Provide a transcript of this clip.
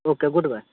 okay goodbye